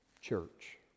church